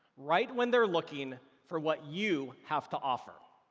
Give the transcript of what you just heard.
right when they're looking for what you have to offer.